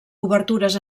obertures